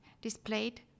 displayed